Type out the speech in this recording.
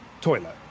toilet